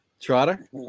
Trotter